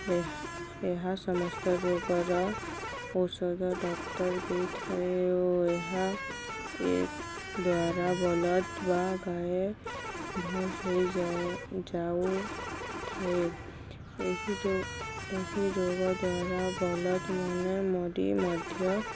ଏହା ଏହା ସମସ୍ତ ରୋଗର ଔଷଧ ଡକ୍ଟର୍ ଦେଇଥାଏ ଓ ଏହା ଦ୍ୱାରା ବଲଦ୍ ବା ଗାଏ ଭଲ୍ ହେଇଯାଏ ଯାଉଥାଏ ଏହି ଏହି ରୋଗ ଦ୍ୱାରା ବଲଦ୍ମାନେ ମରି ମଧ୍ୟ